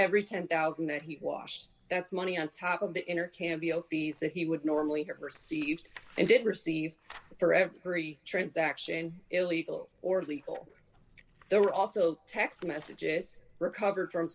every ten thousand dollars that he washed that's money on top of the inner cambio fees that he would normally have received and did receive for every transaction illegal or legal there were also text messages recovered from